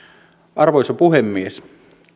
arvoisa puhemies